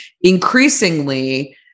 increasingly